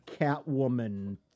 catwoman